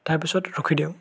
তাৰ পিছত ৰখি দিওঁ